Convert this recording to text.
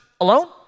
alone